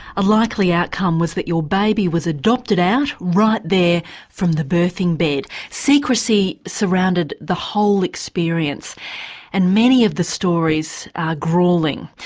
a likely outcome was that your baby was adopted out right there from the birthing bed. secrecy surrounded the whole experience and many of the stories are gruelling.